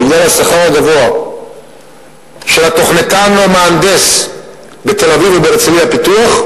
בגלל השכר הגבוה של התוכניתן או המהנדס בתל-אביב או בהרצלייה-פיתוח,